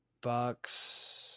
bucks